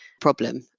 problem